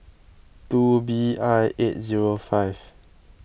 two B I eight zero five